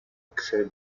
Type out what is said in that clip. accès